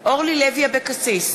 אורלי לוי אבקסיס,